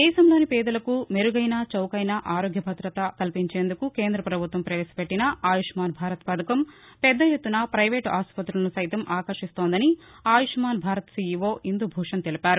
దేశంలోని పేదలకు మెరుగైన చౌకైన ఆరోగ్య సేవలను అందించేందుకు కేంద్ర పభుత్వం పవేశ పెట్టిన ఆయుష్నాన్ భారత్ పథకం పెద్ద ఎత్తున పైవేట్ ఆసుపుతులను సైతం ఆకర్టిస్తోందని ఆయుష్మాన్ భారత్ సీఈవో ఇందు భూషణ్ తెలిపారు